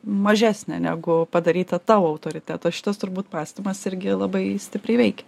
mažesnė negu padaryta tavo autoriteto šitas turbūt mąstymas irgi labai stipriai veikia